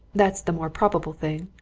that's the more probable thing.